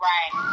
Right